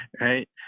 right